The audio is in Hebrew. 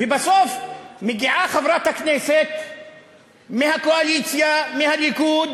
ובסוף מגיעה חברת הכנסת מהקואליציה, מהליכוד,